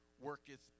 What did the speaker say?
worketh